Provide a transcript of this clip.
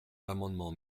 l’amendement